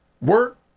work